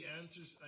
answers